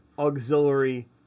auxiliary